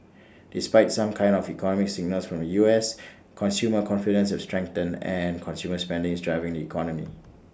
despite some kind of economic signals from the U S consumer confidence has strengthened and consumer spending is driving the economy